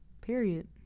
Period